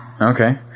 Okay